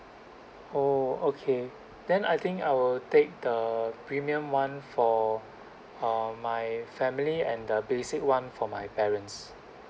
oh okay then I think I will take the premium one for um my family and the basic [one] for my parents